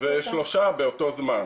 ושלושה באותו זמן.